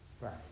Right